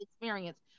experience